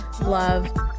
love